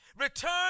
return